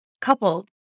coupled